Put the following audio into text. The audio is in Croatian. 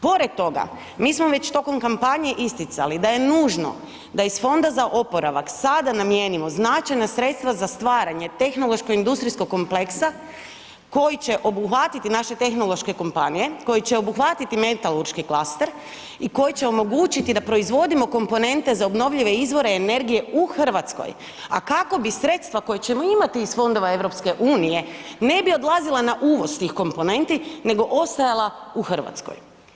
Pored toga mi smo već tokom kampanje isticali da je nužno da iz Fonda za oporavak sada namijenimo značajna sredstva za stvaranje tehnološko-industrijskog kompleksa koji će obuhvatiti naše tehnološke kompanije, koji će obuhvatiti metalurški klaster i koji će omogućiti da proizvodimo komponente za obnovljive izvore energije u Hrvatskoj, a kako bi sredstva koja ćemo imati iz fondova EU ne bi odlazila na uvoz tih komponenti nego ostajala u Hrvatskoj.